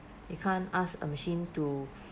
you can't ask a machine to